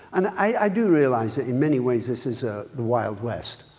and i do realize that in many ways this is a the wild west.